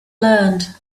learned